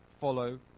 follow